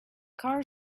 car